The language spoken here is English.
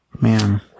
Man